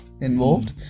involved